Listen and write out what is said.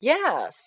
Yes